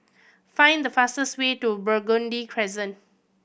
find the fastest way to Burgundy Crescent